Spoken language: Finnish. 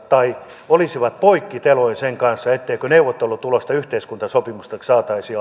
tai oltaisiin poikkiteloin sen kanssa etteikö neuvottelutulosta yhteiskuntasopimuksesta saataisi